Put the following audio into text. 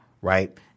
right